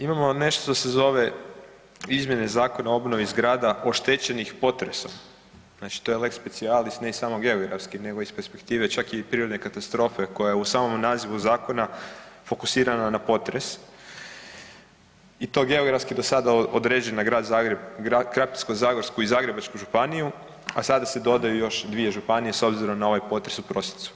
Imamo nešto što se zove Izmjene Zakona o obnovi zgrada oštećenih potresom, znači to je lex specialis ne i samo geografski nego iz perspektive čak i prirodne katastrofe koja je u samom nazivu zakona fokusirana na potres i to geografski do sada određen na Grad Zagreb, Krapinsko-zagorsku i Zagrebačku županiju, a sada se dodaju još dvije županije s obzirom na ovaj potres u prosincu.